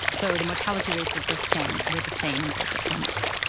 so the mortality rates at this point were the same in both the clinics